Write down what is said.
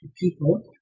people